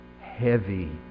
heavy